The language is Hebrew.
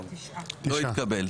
לא נתקבלה.